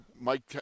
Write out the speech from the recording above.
Mike